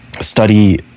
study